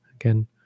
again